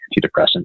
antidepressants